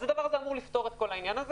אז הדבר הזה אמור לפתור את כל העניין הזה